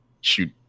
shoot